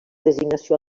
designació